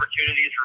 opportunities